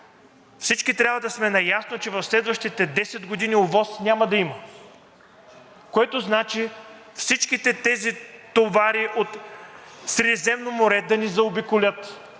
всички трябва да сме наясно, че в следващите 10 години ОВОС няма да има, което значи всичките тези товари от Средиземно море да ни заобиколят,